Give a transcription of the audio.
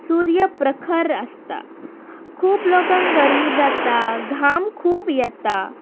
सूर्य प्रखर आसता खूब लोकांक गरमी जाता घाम खूब येता